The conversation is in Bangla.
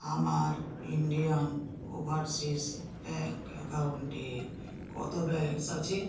আমার ইন্ডিয়ান ওভার্সিস ব্যাঙ্ক অ্যাকাউন্টে কতো ব্যালেন্স আছে